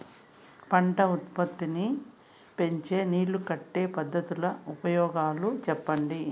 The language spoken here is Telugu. పంట ఉత్పత్తి నీ పెంచే నీళ్లు కట్టే పద్ధతుల ఉపయోగాలు చెప్పండి?